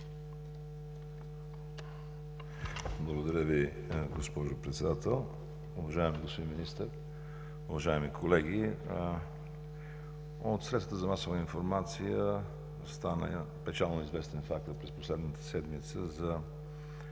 Благодаря Ви, госпожо Председател. Уважаеми господин Министър, уважаеми колеги! От средствата за масова информация стана печално известен фактът през последната седмица за